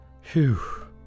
Phew